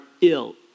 ill